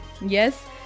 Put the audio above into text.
Yes